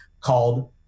called